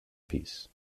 piece